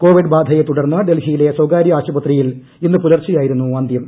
Covid ബാധയെ ്തുടർന്ന് ഡൽഹിയിലെ സ്വകാര്യ ആശുപത്രിയിൽ ഇന്നു പുലർച്ചെയായിരുന്നു അന്ത്യം